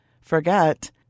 forget